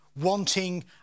wanting